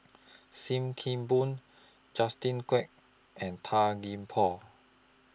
SIM Kee Boon Justin Quek and Tan Gee Paw